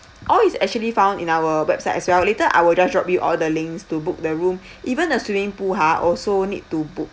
all is actually found in our website as well later I will just drop you all the links to book the room even uh swimming pool ha also need to book